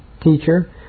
Teacher